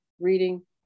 reading